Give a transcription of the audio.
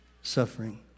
suffering